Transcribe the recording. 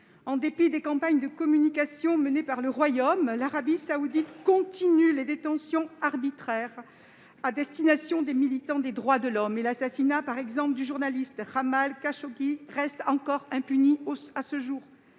en dépit des campagnes de communication menées par le royaume, l'Arabie saoudite continue les détentions arbitraires des militants des droits de l'homme : l'assassinat du journaliste Jamal Khashoggi, par exemple, reste impuni à ce jour.